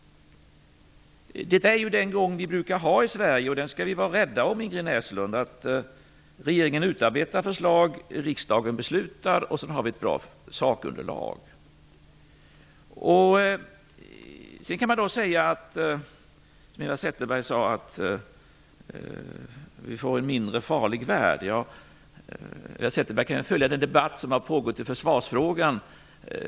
Detta är den gång vi brukar ha i Sverige, och den skall vi vara rädda om, Ingrid Näslund. Regeringen utarbetar förslag, riksdagen beslutar, och vi har ett bra sakunderlag. Man kan säga, som Eva Zetterberg gjorde, att vi får en mindre farlig värld. Ja, Eva Zetterberg kan följa den debatt som har pågått i försvarsfrågan.